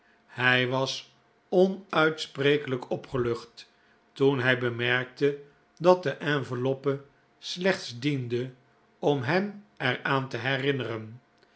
hij was onuitsprekelijk opgelucht toen hij bemerkte dat de enveloppe slechts diende om hem er aan te herinneren